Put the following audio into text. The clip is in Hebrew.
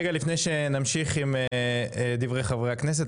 רגע לפני שנמשיך עם דברי חברי הכנסת,